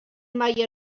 mai